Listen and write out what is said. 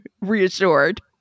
reassured